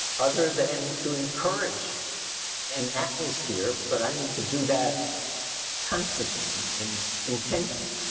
other than to encourage an atmosphere, but i mean to do that constantly and and intensely